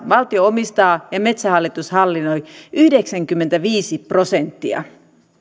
valtio omistaa ja metsähallitus hallinnoi yhdeksänkymmentäviisi prosenttia